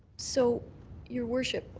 so your worship,